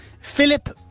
Philip